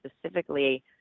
specifically